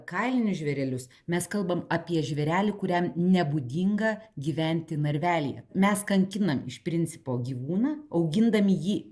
kailinius žvėrelius mes kalbam apie žvėrelį kuriam nebūdinga gyventi narvelyje mes kankinam iš principo gyvūną augindami jį